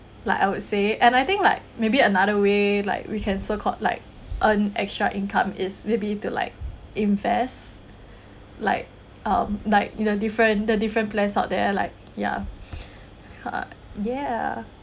like I would say and I think like maybe another way like we can so called like earn extra income is maybe to like invest like um like in a different the different plans out there like ya uh ya